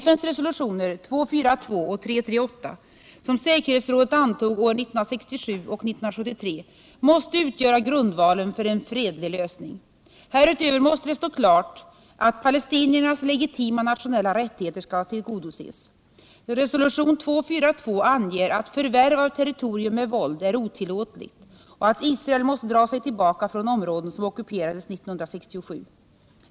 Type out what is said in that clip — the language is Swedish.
FN:s resolutioner 242 och 338, som säkerhetsrådet antog år 1967 och år 1973, måste utgöra grundvalen för en fredlig lösning. Härutöver måste det stå klart att palestiniernas legitima nationella rättigheter skall tillgodoses. Resolution 242 anger att förvärv av territorium med våld är otillåtligt och att Israel måste dra sig tillbaka från områden som ockuperades 1967.